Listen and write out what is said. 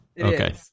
Okay